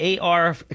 AR